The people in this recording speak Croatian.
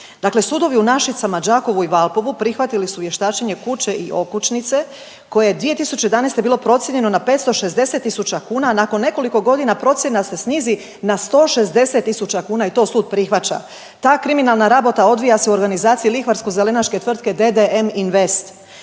sudovi u Našicama, Đakovu i Valpovu prihvatili su vještačenje kuće i okućnice koje je 2011. bilo procijenjeno na 560 tisuća kuna, a nakon nekoliko godina procjena se snizi na 160 tisuća kuna i to sud prihvaća. Ta kriminalna rabota odvija se u organizaciji lihvarsko zelenaške tvrtke DDM INVEST.